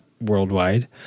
worldwide